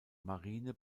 marine